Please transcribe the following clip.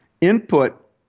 input